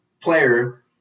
player